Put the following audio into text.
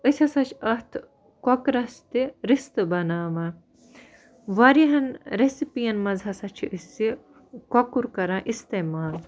أسۍ ہَسا چھِ اَتھ کۄکرَس تہِ رِستہٕ بَناوان واریاہَن ریٚسِپیَن منٛز ہسا چھِ أسۍ یہِ کۄکُر کران اِستعمال